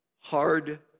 hard